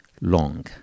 long